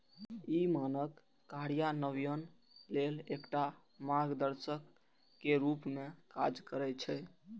ई मानक कार्यान्वयन लेल एकटा मार्गदर्शक के रूप मे काज करै छै